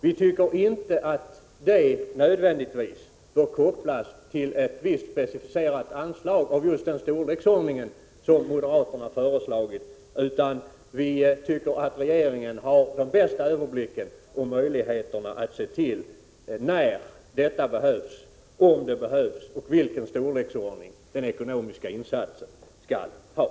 Vi tycker inte att en förstärkning nödvändigtvis bör kopplas till ett visst specificerat anslag av just den storlek som moderaterna har föreslagit. Vi tycker att regeringen har den bästa överblicken och möjligheten att se om det behövs en förstärkning, när den behövs och vilken storlek den ekonomiska insatsen skall ha.